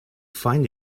find